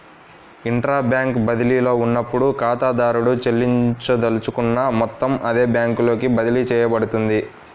intra bank బదిలీలో ఉన్నప్పుడు, ఖాతాదారుడు చెల్లించదలుచుకున్న మొత్తం అదే బ్యాంకులోకి బదిలీ చేయబడుతుంది